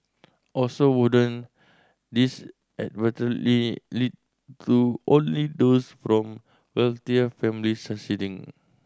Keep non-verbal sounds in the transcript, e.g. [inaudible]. also wouldn't this [unintelligible] lead to only those from wealthier families succeeding